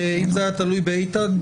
כי אם זה היה תלוי באיתן,